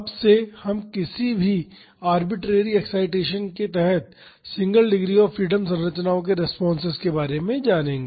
अब से हम किसी भी आरबिटरेरी एक्ससाइटेसन के तहत सिंगल डिग्री ऑफ़ फ्रीडम संरचनाओं के रेस्पॉन्सेस के बारे में जानेंगे